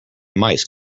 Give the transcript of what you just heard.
mice